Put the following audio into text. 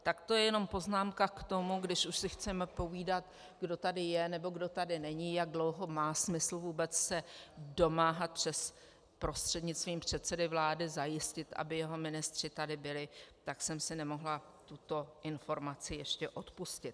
To je jenom poznámka k tomu, když už si chceme povídat, kdo tady je, nebo kdo tady není, jak dlouho má smysl vůbec se domáhat prostřednictvím předsedy vlády zajistit, aby jeho ministři tady byli, tak jsem si nemohla tuto informaci ještě odpustit.